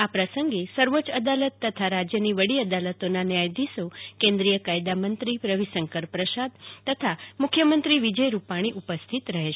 આ પ્રસંગે સર્વોચ્ય અદાલત તથા રાજ્યની વડી અદાલતોનાં ન્યાયધીશો કેન્દ્રીય કાયદામંત્રી રવિશંકર પ્રસાદ તથા મ્રખ્યમંત્રી વિજય રૂપાણી ઉપસ્થિત રહેશે